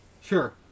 Sure